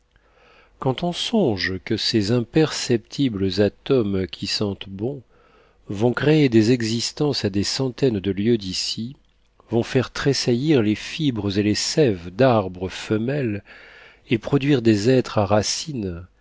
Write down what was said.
quand on songe que ces imperceptibles atômes qui sentent bon vont créer des existences à des centaines de lieues d'ici vont faire tressaillir les fibres et les sèves d'arbres femelles et produire des êtres à racines